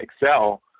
Excel